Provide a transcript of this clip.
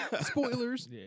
Spoilers